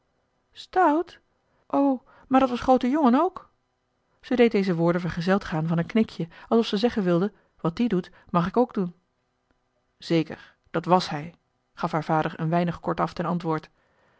o maar dat was groote jongen ook ze deed deze woorden vergezeld gaan van een knikje alsof ze zeggen wilde wat die doet mag ik ook doen zeker dat wàs hij gaf haar vader een weinig kortaf ten antwoord